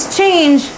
change